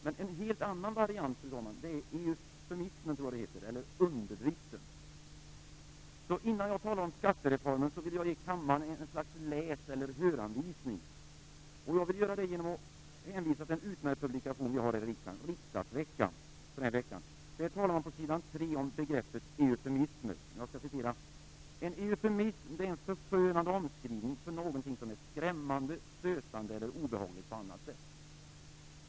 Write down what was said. Men en helt annan variant är eufemismen eller underdriften. Innan jag talar om skattereformen vill jag ge kammaren ett slags läsanvisning. Jag vill göra det genom att hänvisa till en utmärkt publikation vi har här i riksdagen, Riksdagsveckan, för denna vecka. Där talar man på s. 3 om begreppet eufemism: "En eufemism är en förskönande omskrivning för någonting som är skrämmande, stötande eller obehagligt på annat sätt.